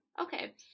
Okay